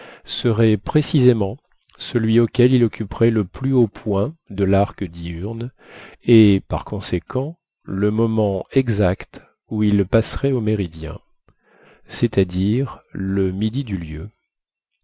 serait précisément celui auquel il occuperait le plus haut point de l'arc diurne et par conséquent le moment exact où il passerait au méridien c'est-à-dire le midi du lieu